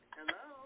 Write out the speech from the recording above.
Hello